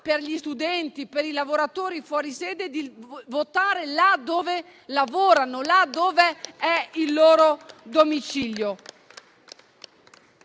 per gli studenti e per i lavoratori fuori sede di votare dove lavorano e dove è il loro domicilio?